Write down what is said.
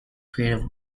creative